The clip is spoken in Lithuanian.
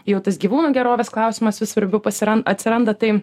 jau tas gyvūnų gerovės klausimas vis svarbiau pasiran atsiranda tai